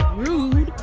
rude